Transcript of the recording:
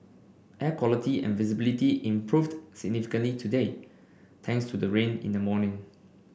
air quality and visibility improved significantly today thanks to the rain in the morning